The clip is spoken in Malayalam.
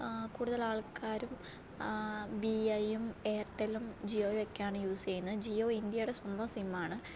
കുടുതകൽ ആൾക്കാരും വി ഐയും എയർട്ടലും ജിയോയും ഒക്കെയാണ് യൂസ് ചെയ്യുന്നത് ജിയോ ഇന്ത്യയുടെ സ്വന്തം സിമ്മാണ്